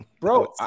bro